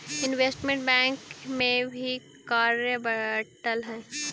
investment bank में भी कार्य बंटल हई